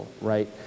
right